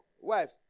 wives